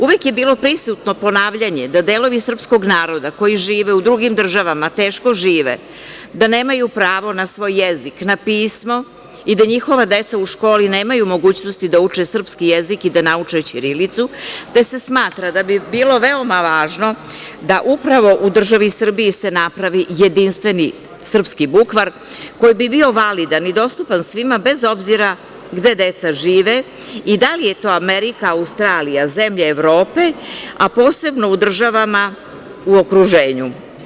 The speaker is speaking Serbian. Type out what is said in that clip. Uvek je bilo prisutno ponavljanje da delovi srpskog naroda koji žive u drugim državama teško žive, da nemaju pravo na svoj jezik, na pismo i da njihova deca u školi nemaju mogućnosti da uče srpski jezik i da nauče ćirilicu, te se smatra da bi bilo veoma važno da upravo u državi Srbiji se napravi jedinstveni srpski bukvar, koji bi bio validan i dostupan svima bez obzira gde deca žive i da li je to Amerika, Australija, zemlje Evrope, a posebno u državama u okruženju.